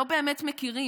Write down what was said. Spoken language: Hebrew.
לא באמת מכירים,